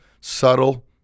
subtle